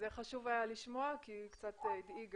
חשוב היה לשמוע את זה, כי הדאיגה